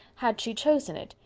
had she chosen it,